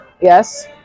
Yes